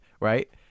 right